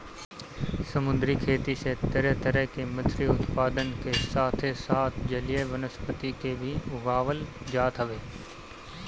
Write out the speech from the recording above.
समुंदरी खेती से तरह तरह के मछरी उत्पादन के साथे साथ जलीय वनस्पति के भी उगावल जात हवे